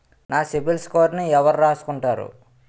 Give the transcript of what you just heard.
నా సిబిల్ స్కోరును ఎవరు రాసుకుంటారు